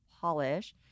polish